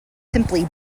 simply